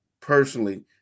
personally